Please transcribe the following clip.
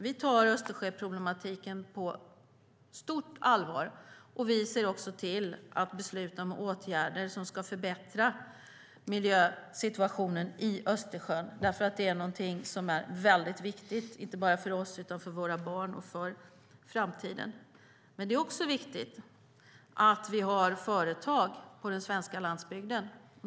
Vi tar Östersjöproblematiken på stort allvar, och vi ser också till att besluta om åtgärder som ska förbättra miljösituationen i Östersjön. Det är väldigt viktigt, inte bara för oss utan också för våra barn och för framtiden. Det är också viktigt att det finns företag på den svenska landsbygden.